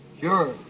Sure